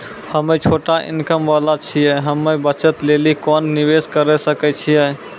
हम्मय छोटा इनकम वाला छियै, हम्मय बचत लेली कोंन निवेश करें सकय छियै?